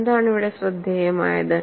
എന്താണ് ഇവിടെ ശ്രദ്ധേയമായത്